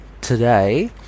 today